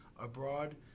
abroad